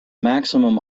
maximum